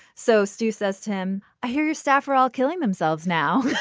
so stu says to him i hear your staff are all killing themselves now.